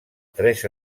tres